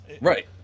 Right